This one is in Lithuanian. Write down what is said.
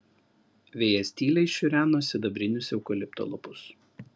vėjas tyliai šiureno sidabrinius eukalipto lapus